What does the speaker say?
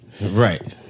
Right